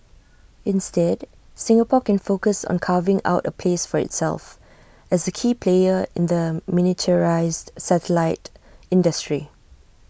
instead Singapore can focus on carving out A place for itself as A key player in the miniaturised satellite industry